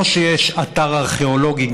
או שיש אתר ארכיאולוגי,